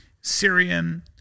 Syrian